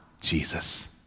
Jesus